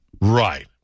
Right